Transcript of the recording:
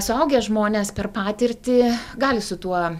suaugę žmonės per patirtį gali su tuo